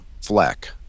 fleck